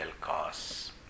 cause